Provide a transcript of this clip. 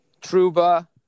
Truba